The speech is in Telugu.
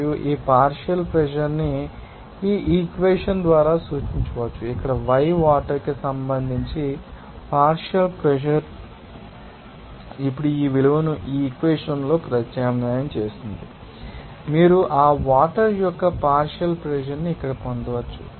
మరియు ఈ పార్షియల్ ప్రెషర్ న్ని ఈ ఈక్వెషన్ ద్వారా సూచించవచ్చు ఇక్కడ y వాటర్ కి సంబంధించి పార్షియల్ ప్రెషర్ ఇప్పుడు ఈ విలువను ఈ ఈక్వెషన్లో ప్రత్యామ్నాయం చేస్తుంది మీరు ఆ వాటర్ యొక్క ఈ పార్షియల్ ప్రెషర్ ని ఇక్కడ పొందవచ్చు